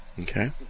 Okay